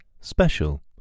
special